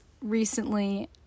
recently